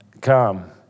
come